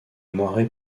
moiré